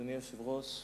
אדוני היושב-ראש,